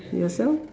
yourself